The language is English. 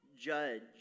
judge